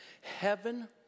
heaven